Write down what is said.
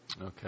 Okay